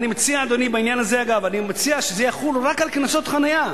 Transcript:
אני מציע שזה יחול רק על קנסות חנייה,